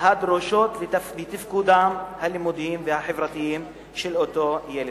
הדרושות לתפקודים הלימודיים והחברתיים של אותו ילד.